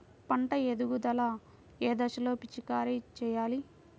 పంట ఎదుగుదల ఏ దశలో పిచికారీ చేయాలి?